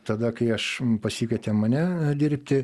tada kai aš pasikvietė mane dirbti